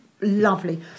lovely